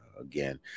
again